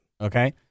Okay